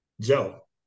Joe